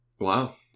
wow